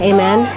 Amen